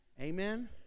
Amen